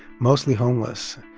mostly homeless.